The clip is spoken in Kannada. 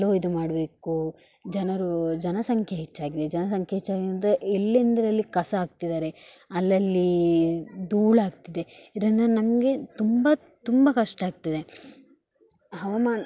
ಎಲ್ಲೋ ಇದುಮಾಡ್ಬೇಕು ಜನರು ಜನಸಂಖ್ಯೆ ಹೆಚ್ಚಾಗಿದೆ ಜನಸಂಖ್ಯೆ ಹೆಚ್ಚಾಗಿದೆ ಅಂದರೆ ಎಲ್ಲೆಂದ್ರಲ್ಲಿ ಕಸ ಹಾಕ್ತಿದ್ದಾರೆ ಅಲ್ಲಲ್ಲಿ ಧೂಳಾಗ್ತಿದೆ ಇದರಿಂದ ನಮಗೆ ತುಂಬ ತುಂಬ ಕಷ್ಟ ಆಗ್ತಿದೆ ಹವ್ಮಾನ